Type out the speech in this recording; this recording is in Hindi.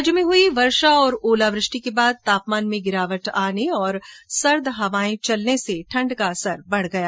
राज्य में हई वर्षा और ओलावृष्टि के बाद तापमान में गिरावट आने तथा सर्द हवा चलने से ठंड बढ़ गई